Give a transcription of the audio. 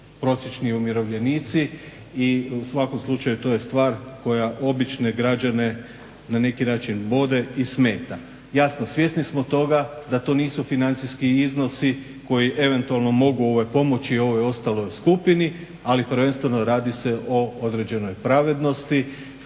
prosječni umirovljenici. I u svakom slučaju to je stvar koja obične građane na neki način bode i smeta. Jasno, svjesni smo toga da to nisu financijski iznosi koji eventualno mogu pomoći ovoj ostaloj skupini ali prvenstveno radi se o određenoj pravednosti,